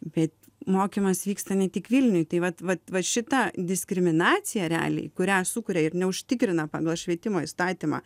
bet mokymas vyksta ne tik vilniuj tai vat vat vat šita diskriminacija realiai kurią sukuria ir neužtikrina pagal švietimo įstatymą